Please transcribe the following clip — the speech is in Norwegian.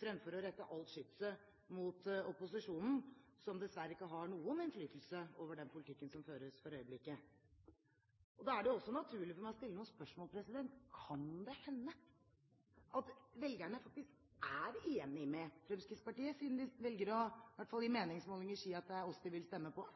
fremfor å rette alt skytset mot opposisjonen, som dessverre ikke har noen innflytelse over den politikken som føres for øyeblikket. Og da er det også naturlig for meg å stille noen spørsmål: Kan det hende at velgerne faktisk er enig med Fremskrittspartiet, siden de i hvert fall i meningsmålinger velger å si at det er oss de vil stemme på?